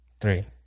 Three